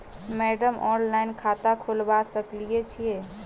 Madam online खाता खोलबा सकलिये छीयै?